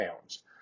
pounds